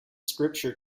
scripture